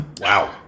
Wow